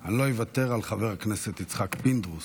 אני לא אוותר על חבר הכנסת יצחק פינדרוס.